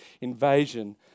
invasion